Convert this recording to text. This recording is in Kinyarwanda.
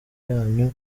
yanyu